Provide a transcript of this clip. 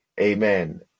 Amen